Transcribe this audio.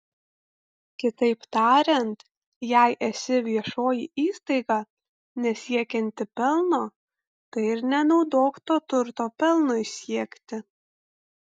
kitaip tariant jei esi viešoji įstaiga nesiekianti pelno tai ir nenaudok to turto pelnui siekti